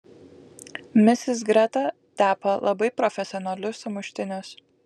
misis greta tepa labai profesionalius sumuštinius